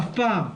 אף פעם.